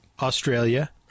Australia